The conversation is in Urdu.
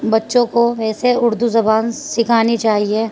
بچوں کو ویسے اردو زبان سکھانی چاہیے